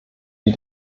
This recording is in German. wie